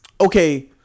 Okay